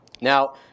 Now